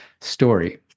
story